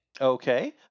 Okay